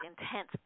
intense